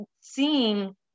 seeing